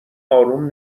اروم